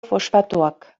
fosfatoak